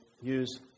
use